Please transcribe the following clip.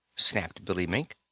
snapped billy mink.